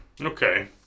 Okay